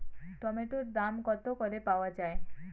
টমেটোর দাম কত করে পাওয়া যায়?